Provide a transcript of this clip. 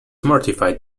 mortified